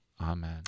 Amen